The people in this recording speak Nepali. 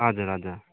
हजुर हजुर